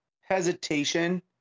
hesitation